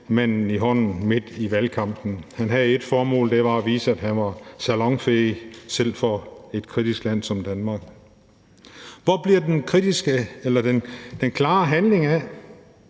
manden i hånden midt i valgkampen. Han havde ét formål, og det var at vise, at han var salonfæhig, selv for et kritisk land som Danmark. Hvor bliver den kritiske